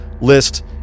list